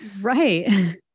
Right